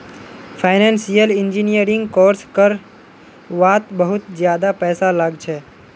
financial engineering course कर वात बहुत ज्यादा पैसा लाग छे